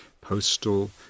postal